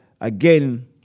again